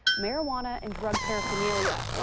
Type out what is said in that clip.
marijuana and drug paraphernalia.